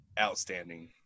outstanding